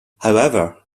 however